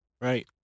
Right